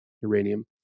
uranium